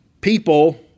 people